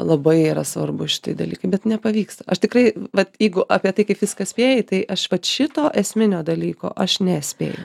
labai yra svarbūs šiti dalykai bet nepavyksta aš tikrai vat jeigu apie tai kaip viską spėji tai aš vat šito esminio dalyko aš nespėju